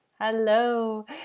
Hello